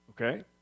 Okay